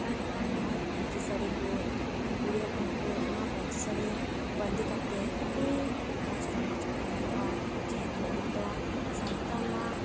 ᱛᱟᱨᱯᱚᱨ ᱱᱚᱜᱼᱚᱭ ᱯᱟᱹᱧᱪᱤ ᱥᱟᱹᱲᱤ ᱠᱩᱡ ᱠᱩᱲᱤ ᱦᱚᱯᱚᱱ ᱠᱩᱡ ᱱᱚᱣᱟ ᱯᱟᱹᱧᱪᱤ ᱥᱟᱹᱲᱤ ᱵᱟᱸᱫᱮ ᱠᱟᱛᱮ ᱟᱹᱰᱤ ᱢᱚᱡᱽ ᱨᱚᱢᱚᱡᱽ ᱠᱚ ᱧᱮᱞᱚᱜᱼᱟ ᱡᱮᱦᱮᱛᱩ ᱚᱱᱟ ᱫᱚ ᱥᱟᱱᱛᱟᱲᱟᱜ